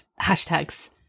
hashtags